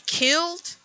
killed